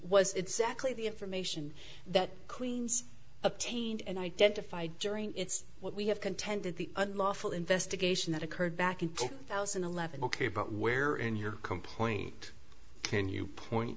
was exactly the information that queens obtained and identify during its what we have contended the unlawful investigation that occurred back in two thousand and eleven ok but where in your complaint can you point